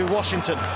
Washington